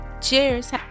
Cheers